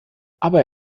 aber